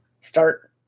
start